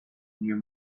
near